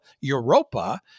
Europa